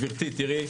גברתי תראי,